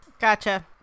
Gotcha